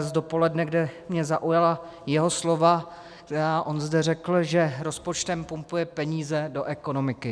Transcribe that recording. z dopoledne, kde mě zaujala jeho slova, která on zde řekl, že rozpočtem pumpuje peníze do ekonomiky.